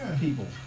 people